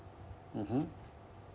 mmhmm